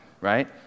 right